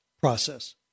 process